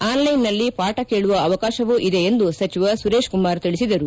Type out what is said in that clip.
ಆನ್ಲೈನ್ನಲ್ಲಿ ಪಾಠ ಕೇಳುವ ಅವಕಾಶವೂ ಇದೆ ಎಂದು ಸಚಿವ ಸುರೇಶ್ಕುಮಾರ್ ತಿಳಿಸಿದರು